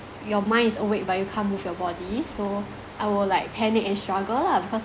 your mind is awake but you can't move your body so I will like panic and struggle lah because